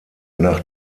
nach